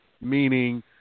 meaning